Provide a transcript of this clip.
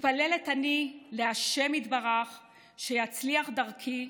מתפללת אני לה' יתברך שיצליח דרכי.